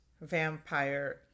vampire